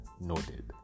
Noted